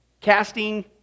Casting